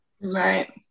Right